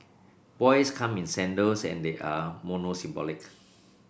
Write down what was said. boys come in sandals and they are monosyllabic